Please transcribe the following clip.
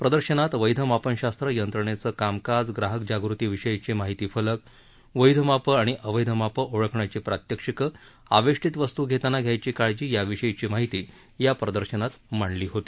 प्रदर्शनात वध्वमापनशास्त्र यंत्रणेचं कामकाज ग्राहक जागृतीविषयीचे माहिती फलक वध्वमापं आणि अवध्वमापं ओळखण्याची प्रात्यक्षिकं आवेष्टीत वस्तू घेताना घ्यायची काळजी याविषयीची माहिती या प्रदर्शनात मांडली होती